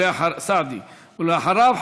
ואחריו,